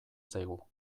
zaigu